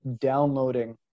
downloading